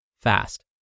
fast